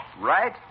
Right